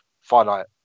Finite